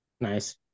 Nice